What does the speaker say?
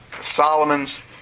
Solomons